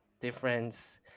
difference